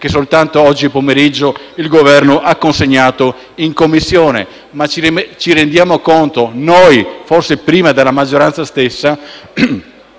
che soltanto oggi pomeriggio il Governo ha consegnato in Commissione. Tuttavia, ci rendiamo conto, noi forse prima della stessa